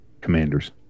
Commanders